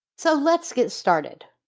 so let's get started.